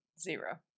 zero